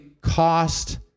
cost